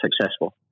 successful